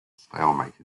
stalemate